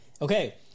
Okay